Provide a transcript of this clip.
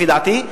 לפי דעתי,